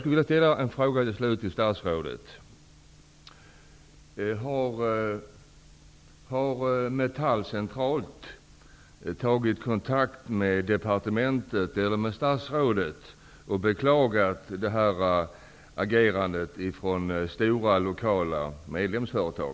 Till slut en fråga till statsrådet: Har man på Metall centralt tagit kontakt med departementet eller med statsrådet och beklagat nämnda agerande från stora lokala medlemsföretag?